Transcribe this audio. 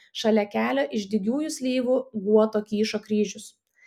šalia kelio iš dygiųjų slyvų guoto kyšo kryžius